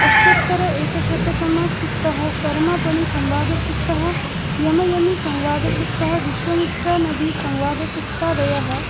अष्टोत्तर एकशततम सूक्तः सर्मापणि संवादसूक्तः यमयमि संवादसूक्तः विश्वामित्रनदी संवादसूक्तादयः